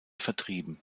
vertrieben